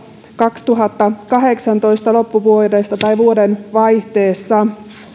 kaksituhattakahdeksantoista loppuvuodesta tai vuodenvaihteessa